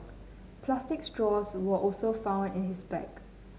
plastic straws were also found in his bag